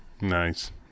Nice